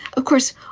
of course,